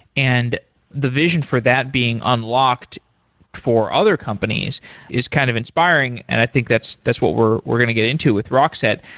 and the vision for that being unlocked for other companies is kind of inspiring and i think that's that's what we're we're going to get into with rockset.